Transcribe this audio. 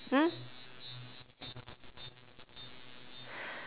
hmm